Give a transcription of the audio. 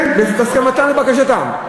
זאת אומרת, כן, לבקשתם.